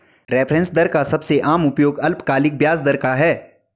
reference दर का सबसे आम उपयोग अल्पकालिक ब्याज दर का है